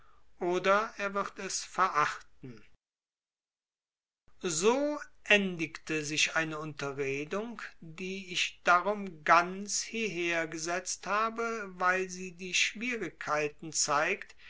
oder er wird es verachten so endigte sich eine unterredung die ich darum ganz hieher gesetzt habe weil sie die schwierigkeiten zeigt